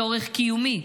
צורך קיומי.